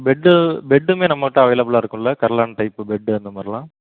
bed பெட்டுமே நம்மக் கிட்ட அவைலபிளாக இருக்குமில்ல கர்லான் டைப்பு பெட்டு அந்த மாதிரிலாம்